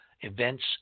events